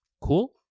Cool